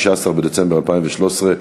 16 בדצמבר 2013,